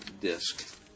disc